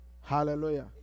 Hallelujah